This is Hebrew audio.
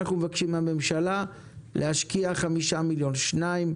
אנחנו מבקשים מן הממשלה להשקיע 5 מיליון שקלים,